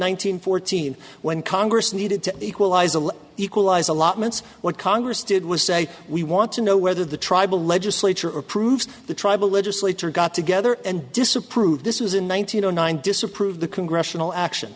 hundred fourteen when congress needed to equalize a equalize allotments what congress did was say we want to know whether the tribal legislature approves the tribal legislature got together and disapprove this was in one thousand and nine disapprove the congressional action